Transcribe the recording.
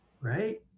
Right